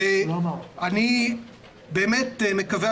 אני באמת מקווה,